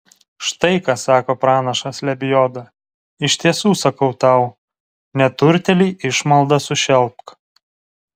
štai ką sako pranašas lebioda iš tiesų sakau tau neturtėlį išmalda sušelpk